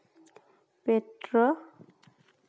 petra